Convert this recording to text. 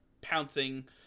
pouncing